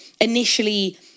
initially